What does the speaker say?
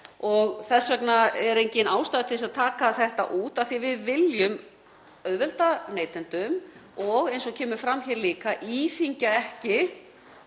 Þess vegna er engin ástæða til að taka þetta út af því að við viljum auðvelda neytendum að sjá þetta og, eins og kemur fram hér líka, íþyngja ekki